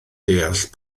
deall